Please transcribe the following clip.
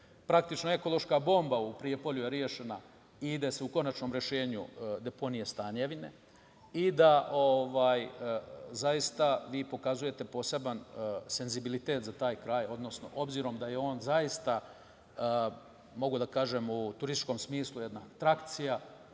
Praktično ekološka bomba u Prijepolju je rešena i ide se u konačno rešenje deponije Stanjevine. Zaista, vi pokazujete poseban senzibilitet za taj kraj, odnosno, obzirom da je on zaista, mogu da kažem, u turističkom smislu jedna atrakcija,